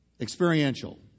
Experiential